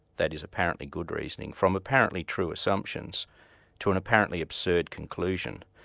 that is, apparently good reasoning, from apparently true assumptions to an apparently absurd conclusion.